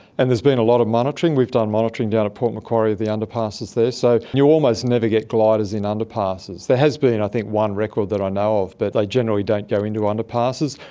and there's been a lot of monitoring. we've done monitoring down at port macquarie, the underpasses there. so you almost never get gliders in underpasses. there has been i think one record that i know of, but they like generally don't go into underpasses.